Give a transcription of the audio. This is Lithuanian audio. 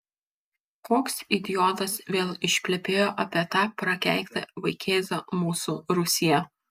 koks idiotas vėl išplepėjo apie tą prakeiktą vaikėzą mūsų rūsyje